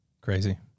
crazy